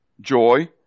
joy